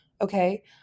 okay